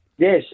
Yes